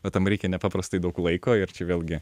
o tam reikia nepaprastai daug laiko ir čia vėlgi